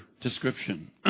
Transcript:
description